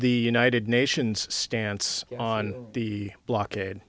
the united nations stance on the blockade